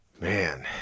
Man